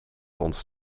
ons